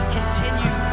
continue